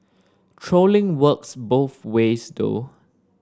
trolling works both ways though